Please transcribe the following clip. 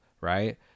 Right